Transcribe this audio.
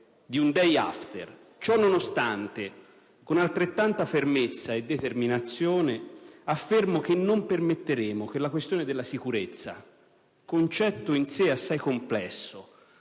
di un *day after*. Ciò nonostante, con altrettanta fermezza e determinazione affermo che non permetteremo che il livello della sicurezza - concetto in sé assai complesso,